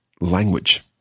language